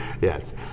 Yes